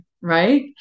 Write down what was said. right